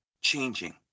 changing